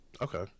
Okay